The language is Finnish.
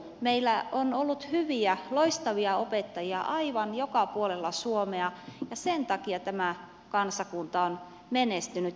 meillä on ollut hyviä loistavia opettajia aivan joka puolella suomea ja sen takia tämä kansakunta on menestynyt